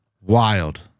Wild